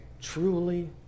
truly